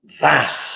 vast